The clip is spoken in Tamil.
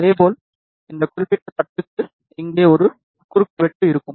இதேபோல் இந்த குறிப்பிட்ட தட்டுக்கு இங்கே ஒரு குறுக்குவெட்டு இருக்கும்